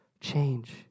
change